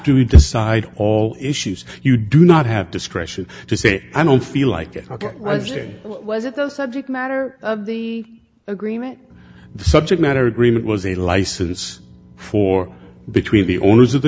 to decide all issues you do not have discretion to say i don't feel like it was a was it the subject matter of the agreement the subject matter agreement was a license for between the owners of the